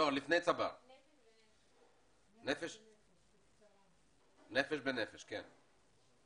"נפש בנפש" בבקשה.